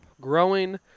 growing